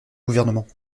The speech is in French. gouvernement